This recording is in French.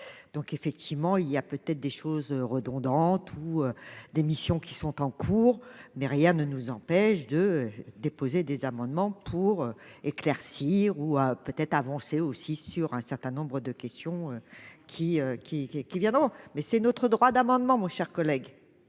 donc effectivement il y a peut-être des choses redondantes ou des missions qui sont en cours mais rien ne nous empêche de déposer des amendements pour éclaircir ou peut-être avancer aussi sur un certain nombre de questions qui qui qui viendront, mais c'est notre droit d'amendement, mon cher collègue,